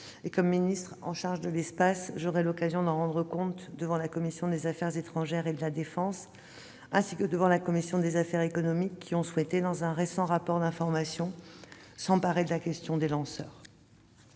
que ministre chargée de l'espace, j'aurai l'occasion d'en rendre compte devant la commission des affaires étrangères et de la défense ainsi que devant la commission des affaires économiques, qui ont souhaité, dans un récent rapport d'information, s'emparer de la question des lanceurs.